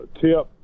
tip